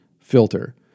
filter